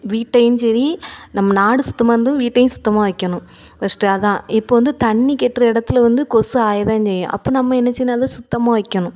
வீட்டையும் சரி நம்ம நாடு சுத்தமாக இருந்து வீட்டையும் சுத்தமாக வைக்கணும் ஃபஸ்ட்டு அதான் இப்போ வந்து தண்ணி கொட்ற இடத்துல வந்து கொசு ஆய தான் செய்யும் அப்போ நம்ம என்ன செய்யணும் அதை சுத்தமாக வைக்கணும்